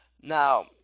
Now